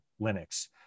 Linux